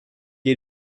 est